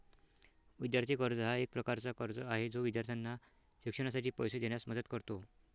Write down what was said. विद्यार्थी कर्ज हा एक प्रकारचा कर्ज आहे जो विद्यार्थ्यांना शिक्षणासाठी पैसे देण्यास मदत करतो